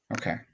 Okay